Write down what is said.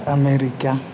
America